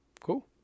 Cool